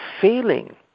failing